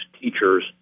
teachers